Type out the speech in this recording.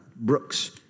Brook's